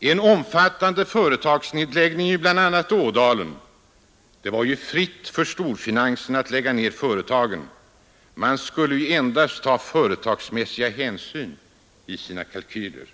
en omfattande företagsnedläggning i bl.a. Ådalen. Det var fritt fram för storfinansen att lägga ned företagen — man skulle ju endast ta företagsmässiga hänsyn i sina kalkyler.